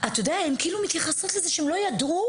הן מתייחסות לכך שהן לא ידעו